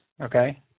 okay